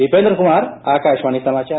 दीपेन्द्र कुमार आकाशवाणी समाचार